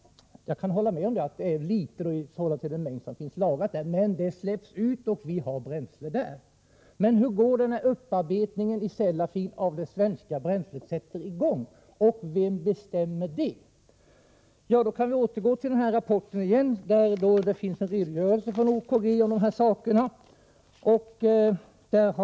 Jag kan hålla med om att det är litet i förhållande till den mängd som finns lagrad. Men det släpps ut, och vi har bränsle där. Och hur går det när upparbetningen av det svenska bränslet i Sellafield sätter i gång, och vem bestämmer det? Vi kan återgå till denna rapport där det finns en redogörelse från OKG om dessa saker.